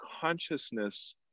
consciousness